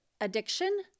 addiction